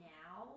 now